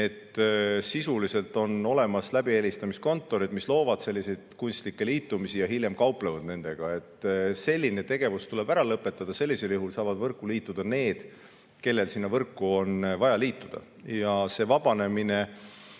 Sisuliselt on olemas läbihelistamiskontorid, mis loovad selliseid kunstlikke liitumisi ja hiljem kauplevad nendega. Selline tegevus tuleb ära lõpetada. Siis saavad võrguga liituda need, kellel sinna võrku on vaja liituda. Ütleme